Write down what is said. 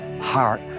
heart